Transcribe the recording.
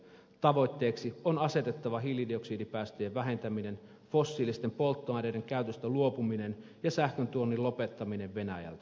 tavoitteeksi on asetettava hiilidioksidipäästöjen vähentäminen fossiilisten polttoaineiden käytöstä luopuminen ja sähköntuonnin lopettaminen venäjältä